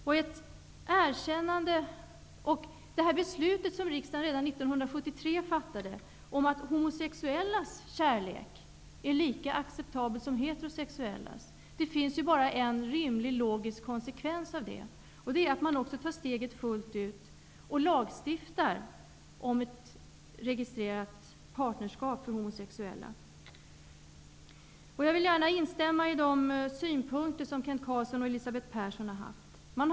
Det finns bara en enda rimlig konsekvens av det beslut som riksdagen fattade redan 1973 om att homosexuellas kärlek är lika acceptabel som heterosexuellas, nämligen att ta steget fullt ut och lagstifta om ett registrerat partnerskap för homosexuella. Jag vill instämma i de synpunkter som Kent Carlsson och Elisabeth Persson har framfört.